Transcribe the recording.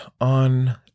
on